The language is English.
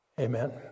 Amen